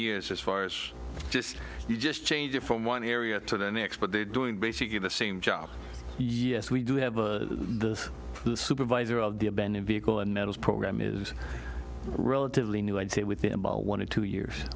years as far as just you just change it from one area to the next but they're doing basically the same job yes we do have the supervisor of the abandoned vehicle and metals program is relatively new i'd say within about one and two years